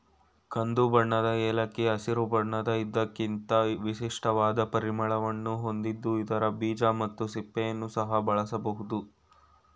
ಕಂದುಬಣ್ಣದ ಏಲಕ್ಕಿ ಹಸಿರು ಬಣ್ಣದ ಇದಕ್ಕಿಂತ ವಿಶಿಷ್ಟವಾದ ಪರಿಮಳವನ್ನು ಹೊಂದಿದ್ದು ಇದರ ಬೀಜ ಮತ್ತು ಸಿಪ್ಪೆಯನ್ನು ಸಹ ಬಳಸಬೋದು